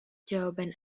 jawaban